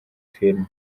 filime